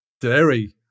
dairy